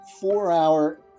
four-hour